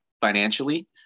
financially